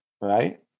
Right